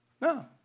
No